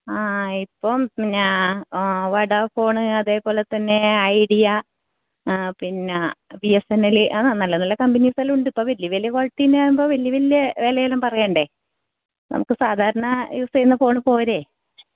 ആ ഇപ്പം ഞാൻ വൊഡാഫോണ് അതേപോലെത്തന്നെ ഐഡിയ പിന്ന ബി എസ് എൻ എൽ ആ നല്ല നല്ല കമ്പനീസെല്ലാമുണ്ട് ഇപ്പോൾ വലിയ വലിയ ക്വാളിറ്റിടതാകുമ്പോൾ വലിയ വലിയ വിലയെല്ലാം പറയണ്ടേ നമുക്ക് സാധാരണ യൂസ് ചെയ്യുന്ന ഫോണ് പോരേ